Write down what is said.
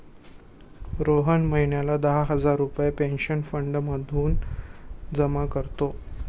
रोहन महिन्याला दहा हजार रुपये पेन्शन फंड म्हणून जमा करतो